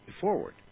forward